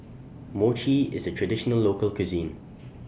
Mochi IS A Traditional Local Cuisine